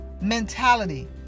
mentality